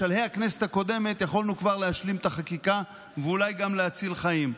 בשלהי הכנסת הקודמת כבר יכולנו להשלים את החקיקה ואולי גם להציל חיים.